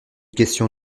question